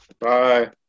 Bye